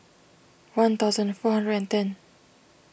one thousand four hundred and ten